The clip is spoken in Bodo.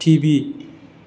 टिभि